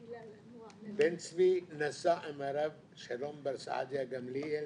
בן צבי נסע עם הרב שלום בר סעדיה גמליאל,